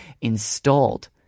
installed